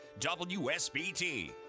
WSBT